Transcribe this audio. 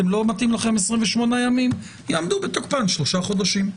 לא מתאים לכם 28 ימים יעמדו בתוקפם שלושה חודשים.